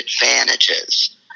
advantages